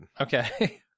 Okay